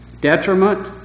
detriment